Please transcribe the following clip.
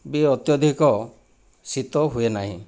ବି ଅତ୍ୟଧିକ ଶୀତ ହୁଏ ନାହିଁ